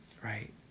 right